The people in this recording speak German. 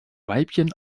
weibchen